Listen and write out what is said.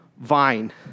vine